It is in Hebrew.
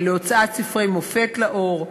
להוצאת ספרי מופת לאור,